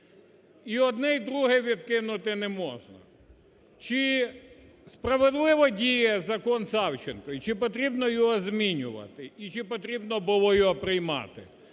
і одне й друге відкинути неможна. Чи справедливо діє Закон Савченко і чи потрібно його змінювати, і чи потрібно було його примати.